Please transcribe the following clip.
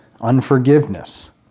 unforgiveness